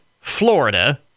Florida